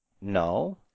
No